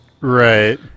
Right